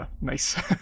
nice